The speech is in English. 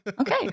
okay